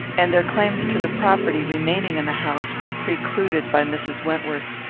and their claims to the property remaining in the house were precluded by mrs. wentworth,